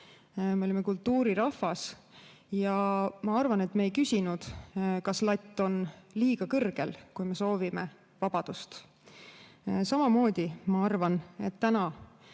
Me olime kultuurirahvas ja ma arvan, et me ei küsinud, kas latt on liiga kõrgel, kui soovisime vabadust. Samamoodi ma arvan, et täna